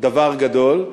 דבר גדול,